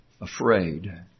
afraid